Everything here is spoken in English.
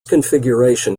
configuration